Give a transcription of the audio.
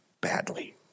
badly